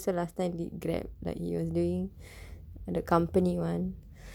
so last time he grab the he was doing the company [one]